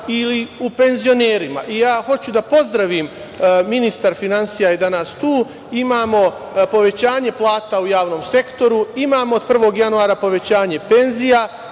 ili o penzionerima. Hoću da pozdravim, ministar finansija je danas tu, imamo povećanje plata u javnom sektoru, imamo od 1. januara povećanje penzija,